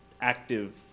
active